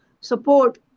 support